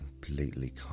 completely